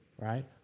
right